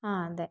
ആ അതെ